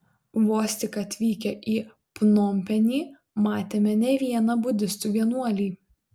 vos tik atvykę į pnompenį matėme ne vieną budistų vienuolį